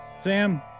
Sam